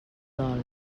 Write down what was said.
dol